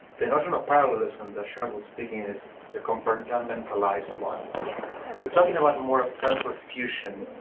the notion of parallelism that sheryl was speaking is a compartmentalized one. yes. you're talking about more sense of fusion,